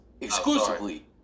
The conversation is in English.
exclusively